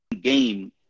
game